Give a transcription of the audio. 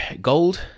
gold